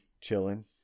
chilling